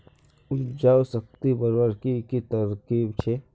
उपजाऊ शक्ति बढ़वार की की तरकीब छे?